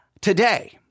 today